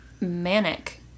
manic